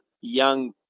young